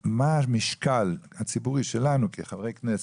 המשקל הציבורי שלנו כחברי כנסת?